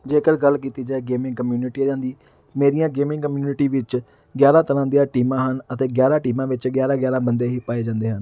ਜੇਕਰ ਗੱਲ ਕੀਤੀ ਜਾਏ ਗੇਮਿੰਗ ਕਮਿਊਨਿਟੀਆਂ ਦੀ ਮੇਰੀਆਂ ਗੇਮਿੰਗ ਕਮਿਊਨਿਟੀ ਵਿੱਚ ਗਿਆਰਾਂ ਤਰ੍ਹਾਂ ਦੀਆਂ ਟੀਮਾਂ ਹਨ ਅਤੇ ਗਿਆਰਾਂ ਟੀਮਾਂ ਵਿੱਚ ਗਿਆਰਾਂ ਗਿਆਰਾਂ ਬੰਦੇ ਹੀ ਪਾਏ ਜਾਂਦੇ ਹਨ